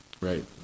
Right